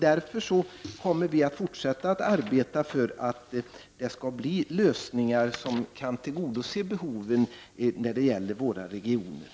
Därför kommer vi att fortsätta att arbeta för lösningar som kan tillgodose behoven när det gäller våra regioner.